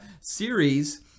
series